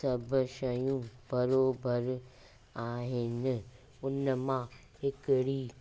सभु शयूं बराबरि आहिनि उन मां हिकिड़ी